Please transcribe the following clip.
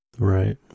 Right